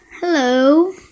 hello